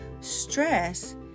Stress